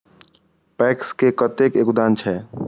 PACS के कतेक योगदान छै?